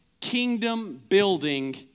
kingdom-building